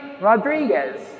Rodriguez